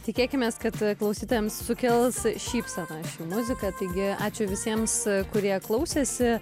tikėkimės kad klausytojams sukels šypseną ši muzika taigi ačiū visiems kurie klausėsi